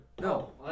No